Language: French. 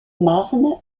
marne